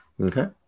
Okay